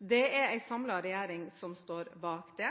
Det er en samlet regjering som står bak det.